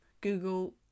Google